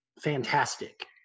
fantastic